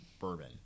bourbon